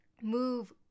move